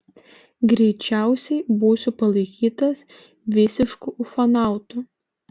greičiausiai būsiu palaikytas visišku ufonautu